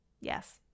Yes